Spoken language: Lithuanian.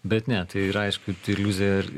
bet ne tai yra aišku iliuzija ir